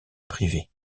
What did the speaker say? privé